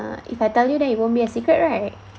if I tell you then it won't be a secret right